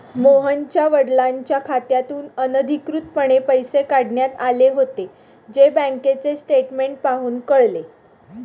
मोहनच्या वडिलांच्या खात्यातून अनधिकृतपणे पैसे काढण्यात आले होते, जे बँकेचे स्टेटमेंट पाहून कळले